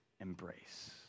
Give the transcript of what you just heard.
embrace